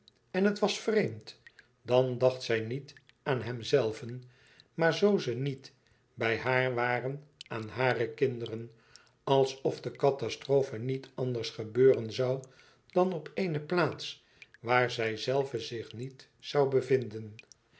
en het was vreemd dan dacht zij niet aan hemzelven maar zoo ze niet bij haar waren aan hare kinderen alsof de catastrofe niet anders gebeuren zoû dan op eene plaats waar zijzelve zich niet zoû bevinden